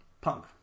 Punk